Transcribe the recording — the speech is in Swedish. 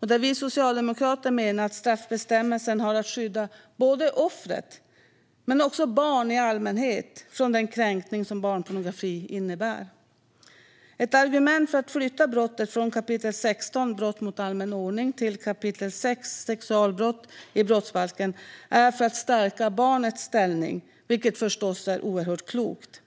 Där menar vi socialdemokrater att straffbestämmelsen har att skydda både offret och barn i allmänhet från den kränkning som barnpornografi innebär. Ett argument för att flytta brottet från kapitel 16, brott mot allmän ordning, till kapitel 6, sexualbrott, i brottsbalken är att stärka barnets ställning, vilket förstås är oerhört klokt.